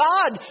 God